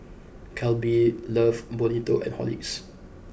Calbee Love Bonito and Horlicks